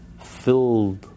filled